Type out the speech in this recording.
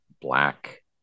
black